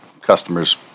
customers